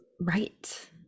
Right